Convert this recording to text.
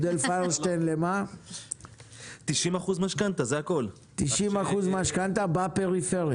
90% משכנתא בפריפריה.